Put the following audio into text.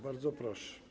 Bardzo proszę.